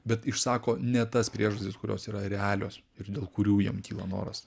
bet išsako ne tas priežastis kurios yra realios ir dėl kurių jiem kyla noras